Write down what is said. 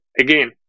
again